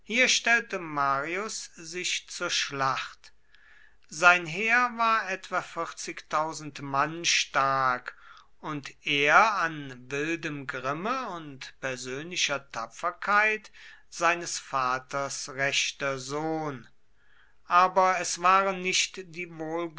hier stellte marius sich zur schlacht sein heer war etwa mann stark und er an wildem grimme und persönlicher tapferkeit seines vaters rechter sohn aber es waren nicht die